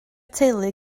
teulu